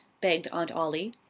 begged aunt ollie.